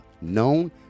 known